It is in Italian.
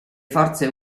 forze